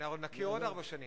אנחנו נכיר עוד כמה שנים.